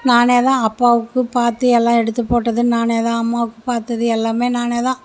நானேதான் அப்பாவுக்கும் பார்த்து எல்லாம் எடுத்து போட்டது நானே தான் அம்மாவுக்கு பார்த்தது எல்லாமே நானே தான்